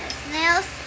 snails